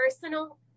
personal